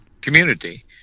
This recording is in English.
community